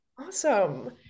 Awesome